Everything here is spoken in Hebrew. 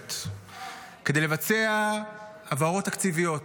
מיוחדת כדי לבצע העברות תקציביות.